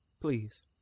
Please